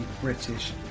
British